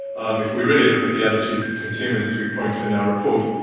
um if we really look at the attitudes of consumers, as we point to in our report,